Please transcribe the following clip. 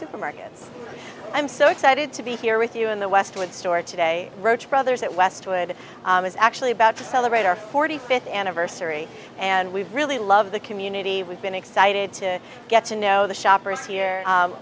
supermarkets i'm so excited to be here with you in the westwood store today roche brothers at westwood is actually about to celebrate our forty fifth anniversary and we really love the community we've been excited to get to know the shoppers here